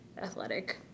athletic